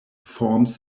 forms